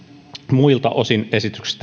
muilta osin esityksessä